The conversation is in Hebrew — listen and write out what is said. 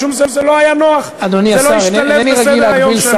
משום שזה לא היה נוח, זה לא השתלב בסדר-היום שלו.